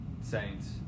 Saints